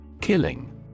Killing